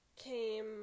came